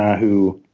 who